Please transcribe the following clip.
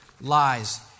lies